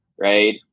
right